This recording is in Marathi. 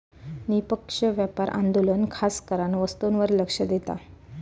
निष्पक्ष व्यापार आंदोलन खासकरान वस्तूंवर लक्ष देता